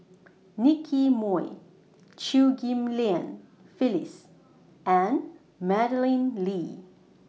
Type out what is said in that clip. Nicky Moey Chew Ghim Lian Phyllis and Madeleine Lee